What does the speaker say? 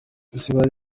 ziba